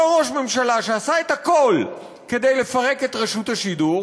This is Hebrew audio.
אותו ראש ממשלה שעשה את הכול כדי לפרק את רשות השידור,